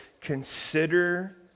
Consider